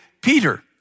Peter